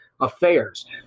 affairs